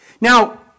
Now